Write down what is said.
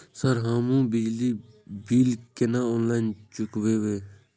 Sir हमू बिजली bill केना ऑनलाईन चुकेबे?